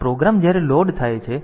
તેથી આ પ્રોગ્રામ જ્યારે લોડ થાય છે